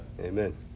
Amen